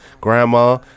grandma